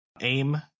aim